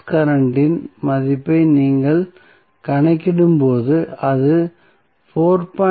source current இன் மதிப்பை நீங்கள் கணக்கிடும் போது அது 4